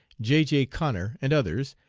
j. j. connor, and others,